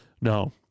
No